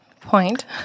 point